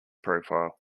profile